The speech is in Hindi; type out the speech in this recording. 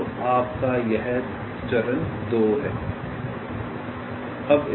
तो यह आपका चरण 2 है